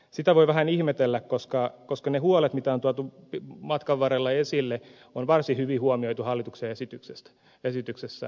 sitä voi vähän ihmetellä koska ne huolet mitä on tuotu matkan varrella esille on varsin hyvin huomioitu hallituksen esityksessä